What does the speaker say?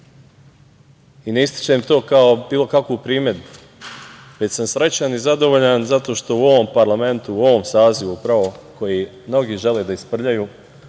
I ne ističem to kao bilo kakvu primedbu, već sam srećan i zadovoljan zato što u ovom parlamentu, u ovom sazivu upravo koji mnogi žele da isprljaju,